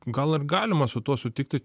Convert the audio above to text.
gal ir galima su tuo sutikti